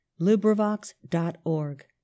LibriVox.org